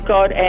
God